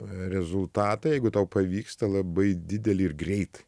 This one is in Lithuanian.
rezultatą jeigu tau pavyksta labai didelį ir greit